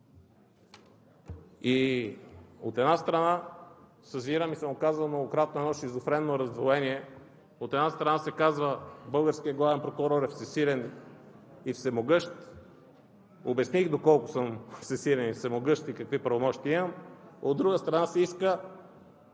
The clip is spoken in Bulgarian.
От една страна, съзирам, и съм го казал многократно, едно шизофренно раздвоение, се казва: „българският главен прокурор е всесилен и всемогъщ“. Обясних доколко съм всесилен и всемогъщ и какви правомощия имам. От друга страна, се иска